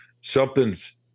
Something's